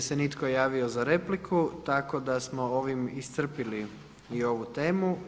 Nije se nitko javio za repliku tako da smo ovime iscrpili i ovu temu.